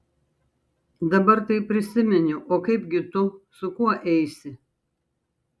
dabar tai prisiminiau o kaipgi tu su kuo eisi